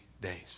days